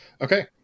Okay